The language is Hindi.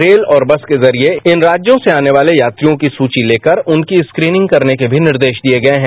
रेल और बस के जरिए इन राज्यों से आने वाले यात्रियों की सुची तेकर उनकी स्क्रीनिंग करने के भी निर्देश दिए गए हैं